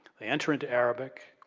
they enter into arabic.